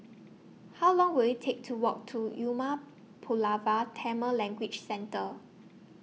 How Long Will IT Take to Walk to Umar Pulavar Tamil Language Centre